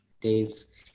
days